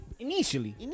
Initially